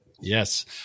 yes